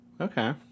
okay